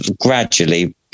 gradually